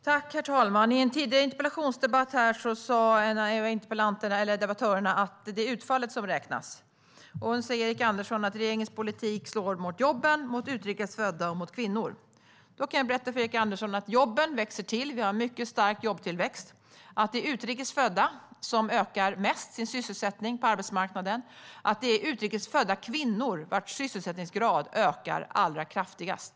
Herr talman! I en tidigare interpellationsdebatt här sa en av debattörerna att det är utfallet som räknas. Nu säger Erik Andersson att regeringens politik slår mot jobben, mot utrikes födda och mot kvinnor. Då kan jag berätta för Erik Andersson att jobben växer till. Vi har en mycket stark jobbtillväxt. Det är utrikes födda som mest ökar sin sysselsättning på arbetsmarknaden, och det är utrikes födda kvinnors sysselsättningsgrad som ökar allra kraftigast.